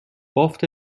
بافت